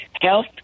Health